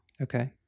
Okay